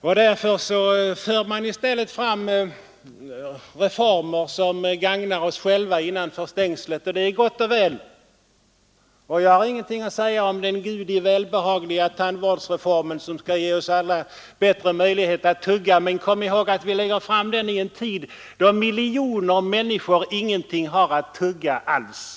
I stället får man fram reformer som gagnar oss själva innanför stängslet, och det är gott och väl. Jag har ingenting att säga om den Gudi välbehagliga tandvårdsreformen, som skall ge oss alla bättre möjlighet att tugga. Men kom ihåg att vi lägger fram den vid en tid då miljoner människor ingenting har att tugga alls.